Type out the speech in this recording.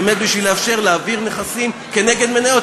באמת בשביל לאפשר להעביר נכסים כנגד מניות.